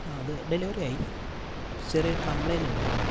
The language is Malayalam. ആ അത് ഡെലിവറി ആയി പക്ഷേ ചെറിയൊരു കംപ്ലയ്ൻ്റ് ഉണ്ടായിരുന്നു